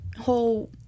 whole